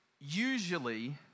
Usually